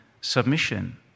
submission